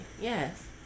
yes